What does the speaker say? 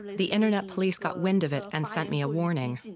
the internet police got wind of it and sent me a warning